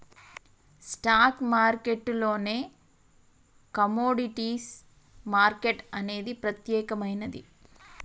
stock మార్కెట్టులోనే commodities market అనేది ప్రత్యేకమైనది